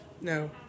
No